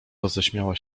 roześmiała